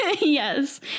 Yes